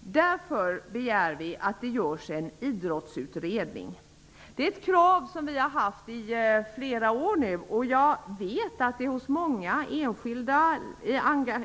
Därför begär vi att en idrottsutredning görs. Det är ett krav vi ställt i flera år nu, och jag vet att det hos många enskilda